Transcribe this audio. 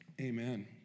Amen